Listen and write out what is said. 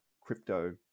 crypto